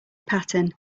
pattern